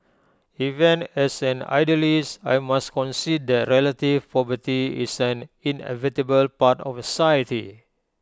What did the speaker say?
even as an idealist I must concede that relative poverty is an inevitable part of society